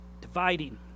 dividing